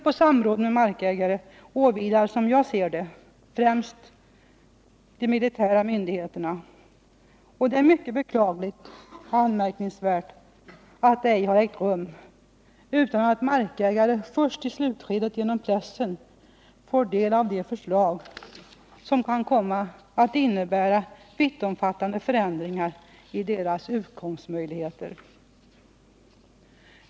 Att samråda med markägare åvilar, som jag ser det, främst de militära myndigheterna, och det är mycket beklagligt och anmärkningsvärt att samråd ej har ägt rum, utan att markägare först i slutskedet genom pressen fått del av de förslag som kan komma att innebära vittomfattande förändringar av deras utkomstmöjligheter.